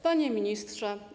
Panie Ministrze!